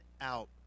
out